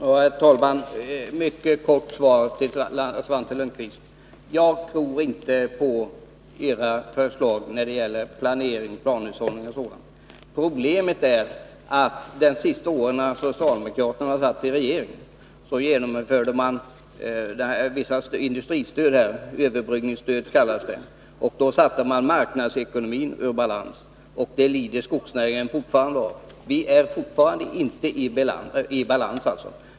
Herr talman! Jag skall ge ett mycket kort svar till Svante Lundkvist. Jag tror inte på era förslag när det gäller planering, planhushållning och sådant. Problemet är att socialdemokraterna, under de senaste åren då de satt i regering, införde vissa industristöd — överbryggningsstöd. Då sattes marknadsekonomin ur balans, och det lider skogsnäringen fortfarande av. Vi är ännu inte i balans.